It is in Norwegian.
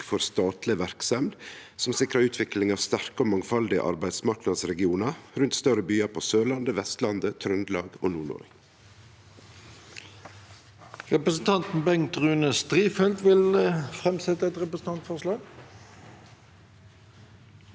for statlege verksemder som sikrar utvikling av sterke og mangfaldige arbeidsmarknadsregionar rundt større byar på Sørlandet, på Vestlandet, i Trøndelag og i Nord-Noreg. Presidenten Representanten Bengt Rune Strifeldt vil framsette et representantforslag.